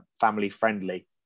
family-friendly